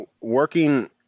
working